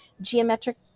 geometric